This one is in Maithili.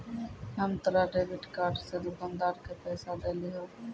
हम तोरा डेबिट कार्ड से दुकानदार के पैसा देलिहों